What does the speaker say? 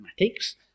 mathematics